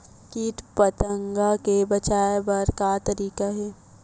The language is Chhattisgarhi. कीट पंतगा ले बचाय बर का तरीका हे?